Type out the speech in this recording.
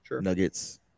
Nuggets